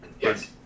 Yes